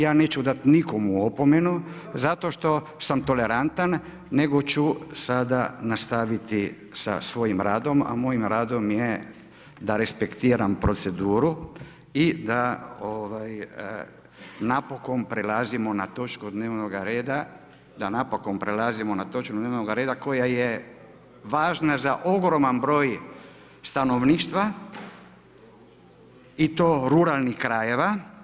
Ja neću dati nikome opomenu zato što sam tolerantan nego ću sada nastaviti sa svojim radom a moj rad je da respektiram proceduru i da napokon prelazimo na točku dnevnoga reda, da napokon prelazimo na točku dnevnoga reda koja je važna za ogroman broj stanovništva i to ruralnih krajeva.